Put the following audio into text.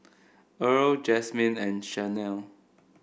Earl Jasmyne and Chanelle